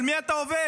על מי אתה עובד?